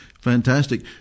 Fantastic